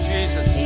Jesus